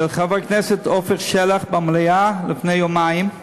חבר הכנסת עפר שלח במליאה לפני יומיים,